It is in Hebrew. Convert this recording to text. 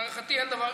להערכתי לא,